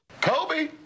Kobe